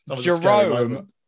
Jerome